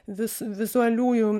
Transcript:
vis vizualiųjų